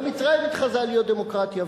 גם מצרים מתחזה להיות דמוקרטיה,